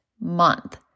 month